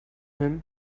him